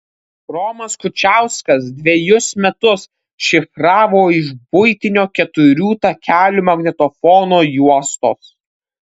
romas kučiauskas dvejus metus šifravo iš buitinio keturių takelių magnetofono juostos